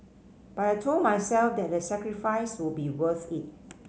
but I told myself that the sacrifice would be worth it